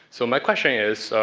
so my question is,